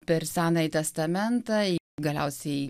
per senąjį testamentą galiausiai